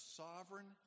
sovereign